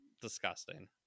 Disgusting